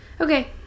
okay